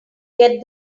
get